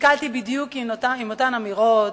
נתקלתי בדיוק באותן אמירות,